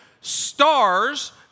stars